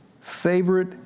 favorite